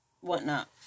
whatnot